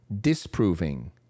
disproving